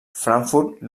frankfurt